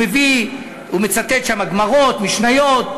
הוא מצטט שם גמרות, משניות.